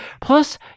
Plus